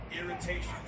Irritation